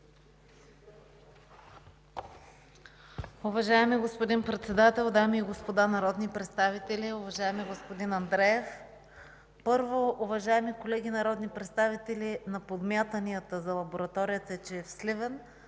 Уважаеми господин Председател, дами и господа народни представители, уважаеми господин Андреев! Първо, уважаеми колеги народни представители, на подмятанията, че лабораторията е в Сливен